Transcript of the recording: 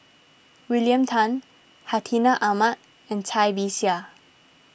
William Tan Hartinah Ahmad and Cai Bixia